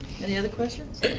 any other questions?